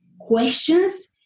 questions